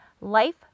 Life